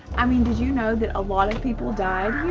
i mean did you know that a lot of people died